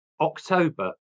October